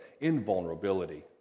invulnerability